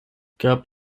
gab